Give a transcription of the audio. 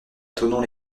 thonon